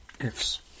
if's